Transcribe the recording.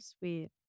sweet